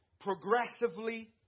progressively